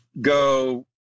go